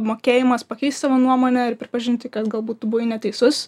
mokėjimas pakeist savo nuomonę ir pripažinti kad galbūt tu buvai neteisus